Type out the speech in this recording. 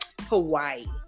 Hawaii